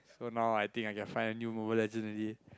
so now I think I can find a new Mobile-Legend already